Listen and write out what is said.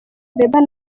bieber